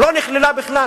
לא נכללה בכלל.